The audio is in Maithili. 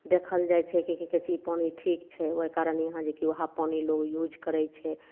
देखल जाइ छै की कहय छै ई पानि ठीक छै ओइ कारण यहाँ जे कि वएहे पानि लोग यूज करय छै